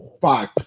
Five